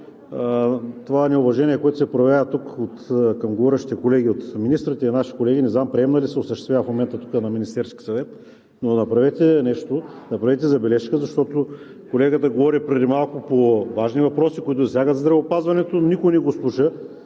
това неуважение, което се проявява тук към говорещите колеги от министрите и наши колеги, не знам, Приемна ли се осъществява в момента тук на Министерския съвет? Но направете нещо, направете забележка, защото колегата говори преди малко по важни въпроси, които засягат здравеопазването, никой не го слуша.